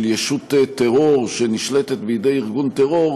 של ישות טרור שנשלטת בידי ארגון טרור,